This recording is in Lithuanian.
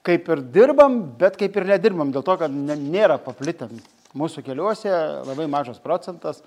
kaip ir dirbam bet kaip ir nedirbam dėl to kad nėra paplitę mūsų keliuose labai mažas procentas